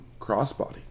crossbody